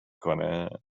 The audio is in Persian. کنه